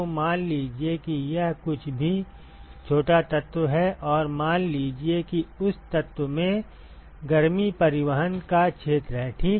तो मान लीजिए कि यह कुछ भी छोटा तत्व है और मान लीजिए कि उस तत्व में गर्मी परिवहन का क्षेत्र है ठीक